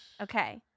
Okay